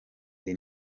the